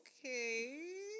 okay